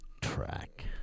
track